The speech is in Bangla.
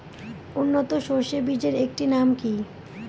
উন্নত সরষে বীজের একটি নাম কি?